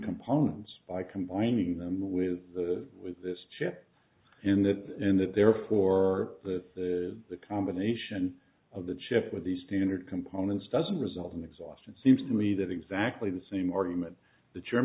components by combining them with the with this chip in that and that therefore the the combination of the chip with the standard components doesn't result in exhaustion seems to me that exactly the same argument that you're